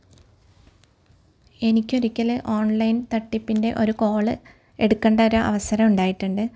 എനിക്ക് ഒരിക്കൽ ഓൺലൈൻ തട്ടിപ്പിൻ്റെ ഒരു കോള് എടുക്കേണ്ട ഒരു അവസരം ഉണ്ടായിട്ടുണ്ട്